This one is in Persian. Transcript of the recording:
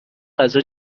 غذا